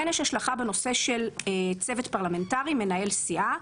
כן יש השלכה בנושא של צוות פרלמנטרי ומנהלי סיעה.